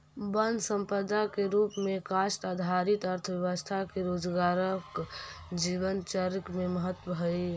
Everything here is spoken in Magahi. वन सम्पदा के रूप में काष्ठ आधारित अर्थव्यवस्था के रोजगारपरक जीवनचर्या में महत्त्व हइ